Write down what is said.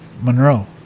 Monroe